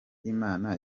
imana